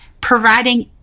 providing